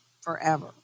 forever